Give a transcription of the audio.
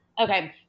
Okay